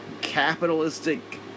capitalistic